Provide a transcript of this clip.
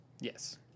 yes